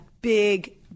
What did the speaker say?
big